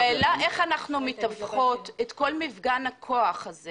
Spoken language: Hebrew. השאלה היא איך אנחנו מתווכות את כל מפגן הכוח הזה